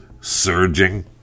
surging